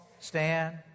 Stand